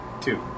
Two